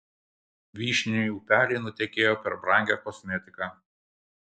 vyšniniai upeliai nutekėjo per brangią kosmetiką